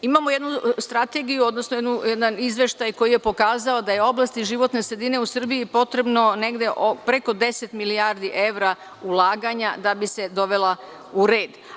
Imamo jednu strategiju, odnosno jedan izveštaj koji je pokazao da je oblasti životne sredine u Srbiji potrebno negde preko 10 milijardi evra ulaganja da bi se dovela u red.